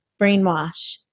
Brainwash